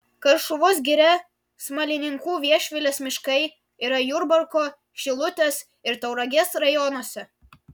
karšuvos giria smalininkų viešvilės miškai yra jurbarko šilutės ir tauragės rajonuose